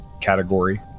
category